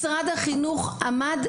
משרד החינוך עמד,